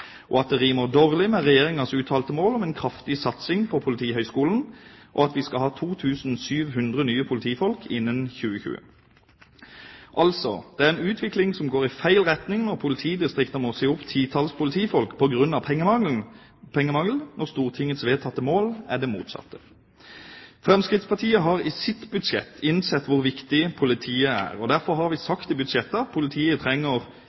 ikke flere, at det rimer dårlig med Regjeringas uttalte mål om en kraftig satsing på Politihøgskolen, og at vi skal ha 2 700 nye politifolk innen 2020. Det er altså en utvikling som går i feil retning når politidistriktene må si opp et titall politifolk på grunn av pengemangel, og Stortingets vedtatte mål er det motsatte. Fremskrittspartiet har i sitt budsjett innsett hvor viktig politiet er. Derfor har vi sagt i budsjettet at politiet trenger